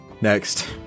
next